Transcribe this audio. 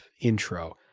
intro